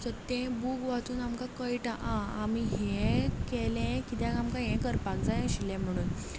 so तें book वाचून आमकां कयटा आ आमी हें केलें किद्याक आमकां हें करपाक जाय आशिल्लें म्हणून